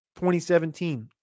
2017